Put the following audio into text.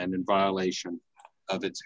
and in violation of it's